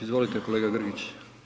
Izvolite, kolega Grgić.